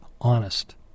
honest